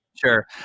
sure